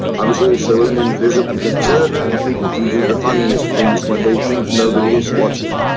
i was also an invisible observer and people can do the funniest things when they think nobody is watching,